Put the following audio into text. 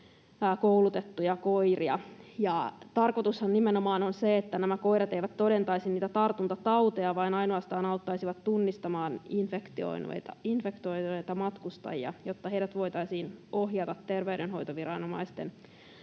koulutettuja koiria. Tarkoitushan on nimenomaan se, että nämä koirat eivät todentaisi niitä tartuntatauteja vaan ainoastaan auttaisivat tunnistamaan infektoituneita matkustajia, jotta heidät voitaisiin ohjata terveydenhoitoviranomaisten